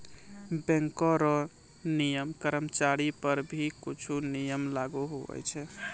bank रो नियम कर्मचारीयो पर भी कुछु नियम लागू हुवै छै